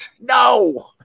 no